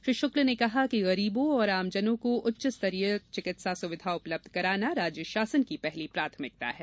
श्री शुक्ल ने कहा कि गरीबों और आमजनों को उच्च स्तरीय चिकित्सा सुविधा उपलब्ध कराना राज्य शासन की पहली प्राथमिकता है